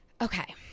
Okay